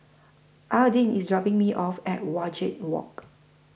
Aydin IS dropping Me off At Wajek Walk